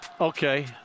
Okay